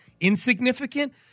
insignificant